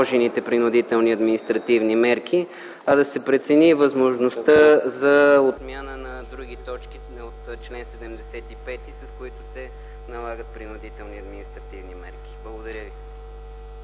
принудителни административни мерки, а да се прецени и възможността за отмяна на други точки от чл. 75, с които се налагат принудителни административни мерки. Благодаря ви.